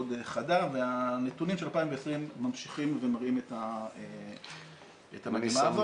חדה והנתונים של 2020 ממשיכים ומראים את המגמה הזאת.